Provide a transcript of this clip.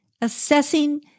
Assessing